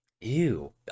Ew